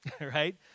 right